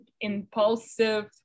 impulsive